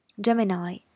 Gemini